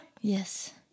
Yes